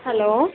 hello